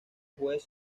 juez